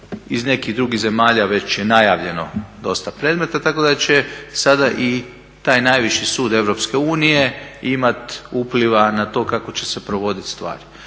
Iz nekih drugih zemalja već je najavljeno dosta predmeta tako da će sada i taj najviši sud Europske unije imati upliva na to kako će se provoditi stvari.